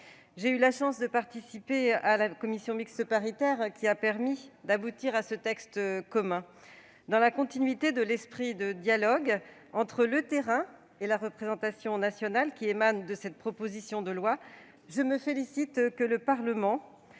J'ai eu la chance de participer à la commission mixte paritaire qui a permis d'aboutir à ce texte commun. Dans la continuité de l'esprit de dialogue entre le terrain et la représentation nationale qui émane de cette proposition de loi, je me félicite que le Parlement